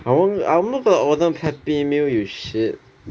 I won't I where got order happy meal you shit